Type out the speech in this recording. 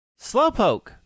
Slowpoke